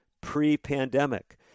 pre-pandemic